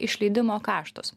išleidimo kaštus